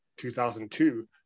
2002